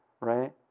right